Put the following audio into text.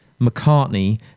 McCartney